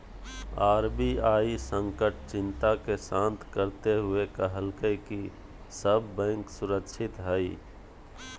RBI संकट चिंता के शांत करते हुए कहलकय कि सब बैंक सुरक्षित हइ